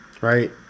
right